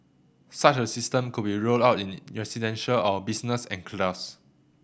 such a system could be rolled out in residential or business enclaves